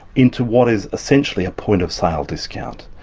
into what is essentially a point-of-sale discount.